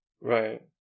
Right